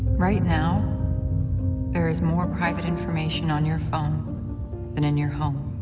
right now there is more private information on your phone than in your home.